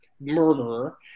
murderer